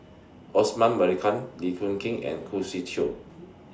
Osman Merican Lee Koon King and Khoo Swee Chiow